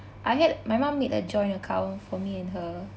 I had my mum made a joint account for me and her